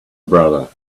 brother